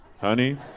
Honey